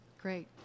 Great